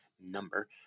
number